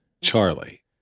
Charlie